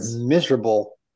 miserable